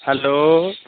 hello